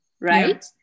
right